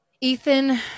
Ethan